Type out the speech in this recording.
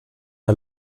der